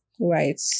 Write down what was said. right